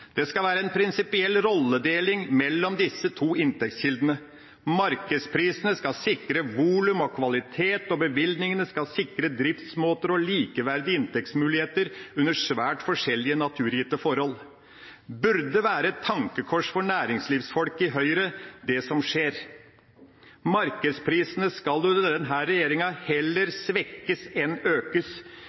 Det skal være en prinsipiell rolledeling mellom disse to inntektskildene. Markedsprisene skal sikre volum og kvalitet, og bevilgningene skal sikre driftsmåter og likeverdige inntektsmuligheter under svært forskjellige naturgitte forhold. Det som skjer, burde være et tankekors for næringslivsfolket i Høyre. Markedsprisene skal under denne regjeringa heller svekkes enn økes.